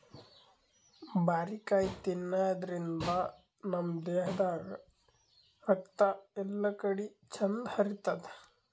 ಬಾರಿಕಾಯಿ ತಿನಾದ್ರಿನ್ದ ನಮ್ ದೇಹದಾಗ್ ರಕ್ತ ಎಲ್ಲಾಕಡಿ ಚಂದ್ ಹರಿತದ್